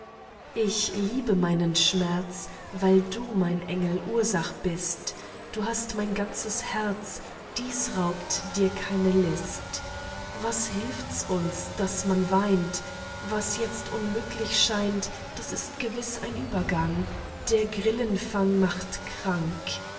ich liebe meinen schmerz weil du mein engel ursach bist du hast mein ganzes herz dies raubt dir keine list was hilft's uns daß man weint was jetzt unmöglich scheint das ist gewiß ein übergang der grillenfang macht krank